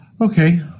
Okay